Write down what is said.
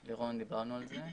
לירון, דיברנו על זה.